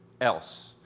else